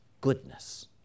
goodness